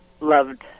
loved